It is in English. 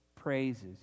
praises